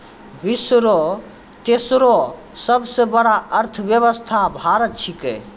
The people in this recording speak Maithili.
विश्व रो तेसरो सबसे बड़ो अर्थव्यवस्था भारत छिकै